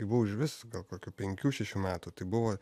kai buvau iš vis gal kokių penkių šešių metų tai buvo